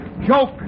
Joke